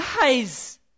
Guys